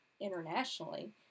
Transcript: internationally